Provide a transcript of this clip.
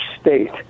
state